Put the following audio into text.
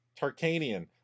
Tarkanian